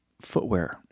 footwear